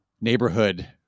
neighborhood